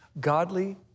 godly